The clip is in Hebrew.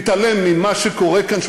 להתעלם ממה שקורה כאן,